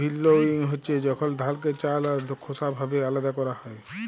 ভিল্লউইং হছে যখল ধালকে চাল আর খোসা ভাবে আলাদা ক্যরা হ্যয়